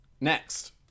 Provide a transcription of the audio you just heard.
Next